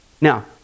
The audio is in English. Now